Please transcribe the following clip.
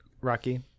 Rocky